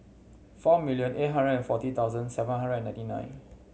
four million eight hundred and forty thousand seven hundred and ninety nine